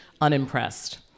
unimpressed